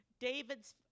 David's